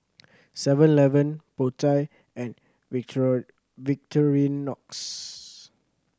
Seven Eleven Po Chai and Victorinox